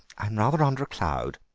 i'm rather under a cloud,